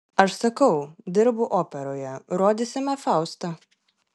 aš sakau dirbu operoje rodysime faustą